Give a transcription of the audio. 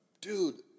dude